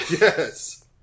Yes